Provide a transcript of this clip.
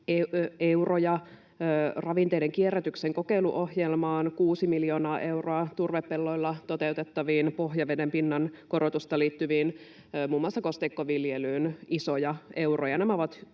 euroja, ravinteiden kierrätyksen kokeiluohjelmaan kuusi miljoonaa euroa ja turvepelloilla toteutettaviin pohjaveden pinnan korotukseen liittyviin hankkeisiin, muun muassa kosteikkoviljelyyn, isoja euroja.